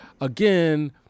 again